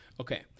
Okay